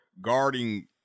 guarding